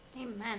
Amen